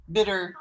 Bitter